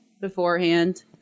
beforehand